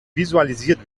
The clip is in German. visualisiert